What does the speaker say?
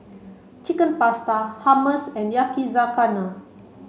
Chicken Pasta Hummus and Yakizakana